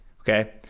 okay